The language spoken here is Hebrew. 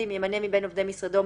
ימנה מבין עובדי משרדו,